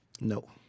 No